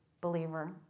believer